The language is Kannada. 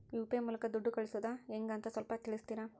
ಯು.ಪಿ.ಐ ಮೂಲಕ ದುಡ್ಡು ಕಳಿಸೋದ ಹೆಂಗ್ ಅಂತ ಸ್ವಲ್ಪ ತಿಳಿಸ್ತೇರ?